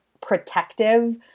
protective